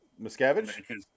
Miscavige